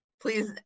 please